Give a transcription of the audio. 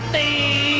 a